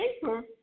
paper